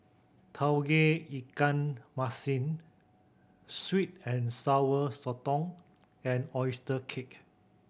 Tauge Ikan Masin sweet and Sour Sotong and oyster cake